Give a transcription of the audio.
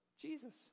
Jesus